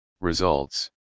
results